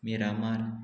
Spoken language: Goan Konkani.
मिरामार